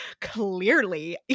clearly